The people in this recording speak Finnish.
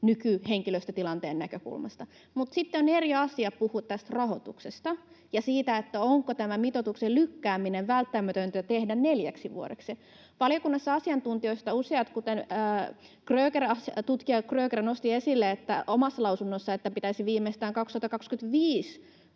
nykyhenkilöstötilanteen näkökulmasta. Mutta sitten on eri asia puhua tästä rahoituksesta ja siitä, onko tämä mitoituksen lykkääminen välttämätöntä tehdä neljäksi vuodeksi. Valiokunnassa asiantuntijoista useat, kuten tutkija Kröger omassa lausunnossaan, nostivat esille, että pitäisi viimeistään 2025